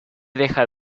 deja